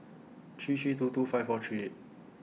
three three two two five four three eight